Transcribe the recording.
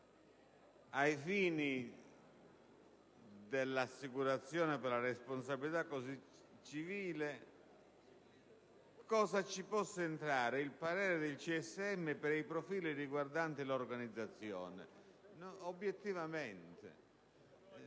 ai fini dell'assicurazione per la responsabilità civile, cosa ci possa entrare il parere del CSM per i profili riguardanti l'organizzazione. Stiamo